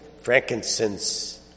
frankincense